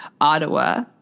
Ottawa